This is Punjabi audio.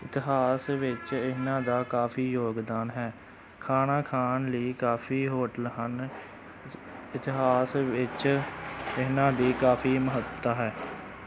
ਇਤਿਹਾਸ ਵਿੱਚ ਇਹਨਾਂ ਦਾ ਕਾਫ਼ੀ ਯੋਗਦਾਨ ਹੈ ਖਾਣਾ ਖਾਣ ਲਈ ਕਾਫ਼ੀ ਹੋਟਲ ਹਨ ਇਤਿਹਾਸ ਵਿੱਚ ਇਹਨਾਂ ਦੀ ਕਾਫ਼ੀ ਮਹੱਤਤਾ ਹੈ